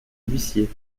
l’huissier